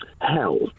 Hell